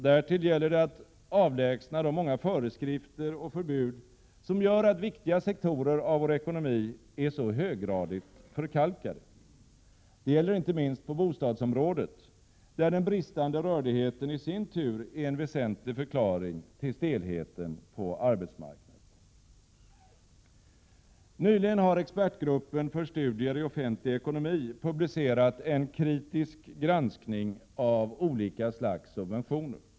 Därtill gäller det att avlägsna de många föreskrifter och förbud som gör att viktiga sektorer av vår ekonomi är så höggradigt förkalkade. Det gäller inte minst på bostadsområdet, där den bristande rörligheten i sin tur är en väsentlig förklaring till stelheten på arbetsmarknaden. Nyligen har expertgruppen för studier i offentlig ekonomi publicerat en kritisk granskning av olika slags subventioner.